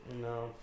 No